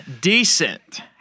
decent